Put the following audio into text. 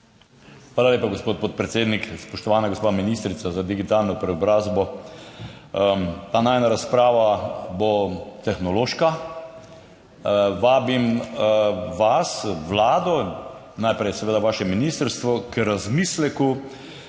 Hvala lepa, gospod podpredsednik. Spoštovana gospa ministrica za digitalno preobrazbo, ta najina razprava bo tehnološka. Vabim vas, vlado, najprej seveda vaše ministrstvo, k razmisleku,